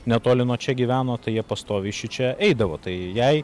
netoli nuo čia gyveno tai jie pastoviai šičia eidavo tai jai